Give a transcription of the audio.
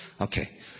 Okay